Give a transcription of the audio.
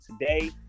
today